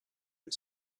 had